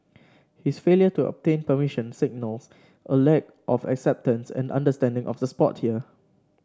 his failure to obtain permission signal a lack of acceptance and understanding of the sport here